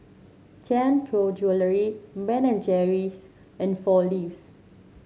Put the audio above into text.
Tianpo Jewellery Ben and Jerry's and Four Leaves